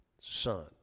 son